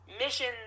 missions